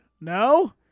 no